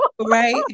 Right